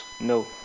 no